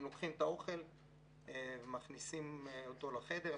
הם לוקחים את האוכל ומכניסים אותו לחדר.